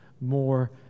more